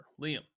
liam